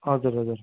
हजुर हजुर